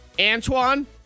Antoine